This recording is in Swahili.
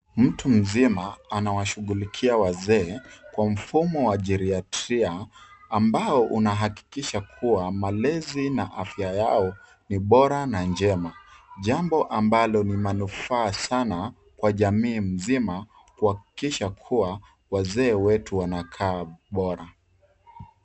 Mtu mzima anawashughulikia wazee kwa mfumo wa jeriatria ambao unahakikisha kuwa malezi na afya yao ni bora na njema, jambo ambalo ni manufaa sana kwa jamii nzima kuhakikisha kuwa wazee wetu wanakaa bora.